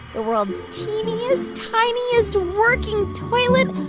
the world's teeniest, tiniest working toilet,